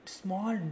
small